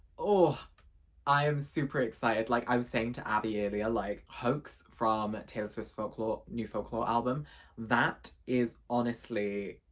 oh i am super excited. like i was saying to abby earlier like hoax from taylor swift's folklore new folklore album that is honestly